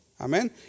Amen